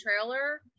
trailer